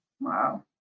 Wow